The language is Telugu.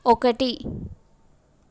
ఒకటి